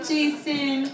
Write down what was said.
Jason